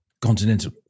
Continental